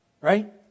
right